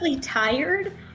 tired